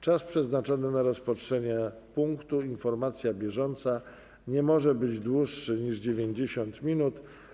Czas przeznaczony na rozpatrzenie punktu: Informacja bieżąca nie może być dłuższy niż 90 minut.